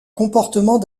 comportement